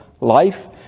life